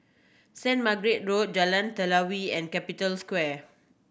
Saint Margaret Road Jalan Telawi and Capital Square